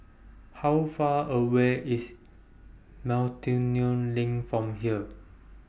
How Far away IS Miltonia LINK from here